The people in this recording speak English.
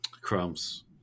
Crumbs